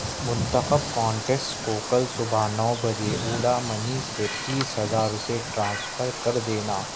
منتخب کانٹیس کو کل صبح نو بجے اولا منی سے تیس ہزار روپے ٹرانسفر کر دینا